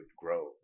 grow